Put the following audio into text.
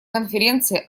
конференции